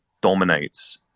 dominates